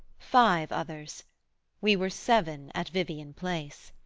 five others we were seven at vivian-place.